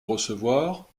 recevoir